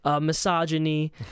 misogyny